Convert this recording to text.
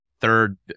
third